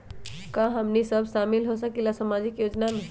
का हमनी साब शामिल होसकीला सामाजिक योजना मे?